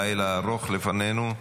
לילה ארוך לפנינו.